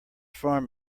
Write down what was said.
farm